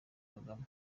kagame